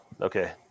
Okay